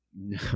No